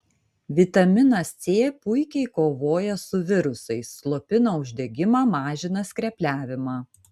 vitaminas c puikiai kovoja su virusais slopina uždegimą mažina skrepliavimą